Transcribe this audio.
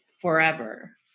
forever